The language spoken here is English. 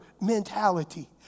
mentality